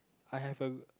I have a